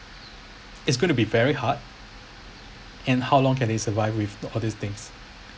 it's gonna be very hard and how long can they survive with all these things